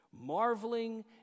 marveling